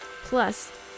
Plus